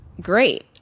great